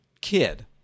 kid